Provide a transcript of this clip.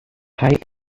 height